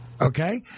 okay